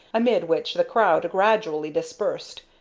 amid which the crowd gradually dispersed,